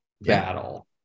battle